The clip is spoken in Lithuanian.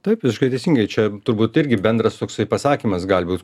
taip visiškai teisingai čia turbūt irgi bendras toksai pasakymas gali būt